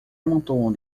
amontoam